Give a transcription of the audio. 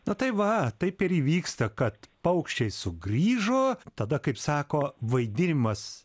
na tai va taip ir įvyksta kad paukščiai sugrįžo tada kaip sako vaidinimas